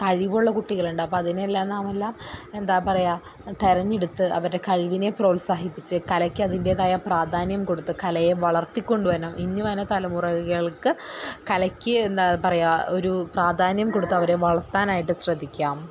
കഴിവുള്ള കുട്ടികളുണ്ട് അപ്പോൾ അതിനെല്ലാം നാമെല്ലാം എന്താ പറയുകയ തിരഞ്ഞെടുത്ത് അവരുടെ കഴിവിനെ പ്രോത്സാഹിപ്പിച്ച് കലയ്ക്ക് അതിൻ്റെതായ പ്രാധാന്യം കൊടുത്ത് കലയെ വളർത്തിക്കൊണ്ടു വരണം ഇനി വരുന്ന തലമുറകൾക്ക് കലയ്ക്ക് എന്താ പറയുക ഒരു പ്രാധാന്യം കൊടുത്തവരെ വളർത്താനായിട്ടു ശ്രദ്ധിക്കാം